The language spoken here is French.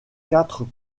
quatre